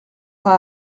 pas